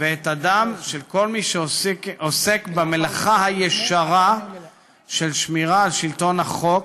ואת הדם של כל מי שעוסק במלאכה הישרה של שמירה על שלטון החוק,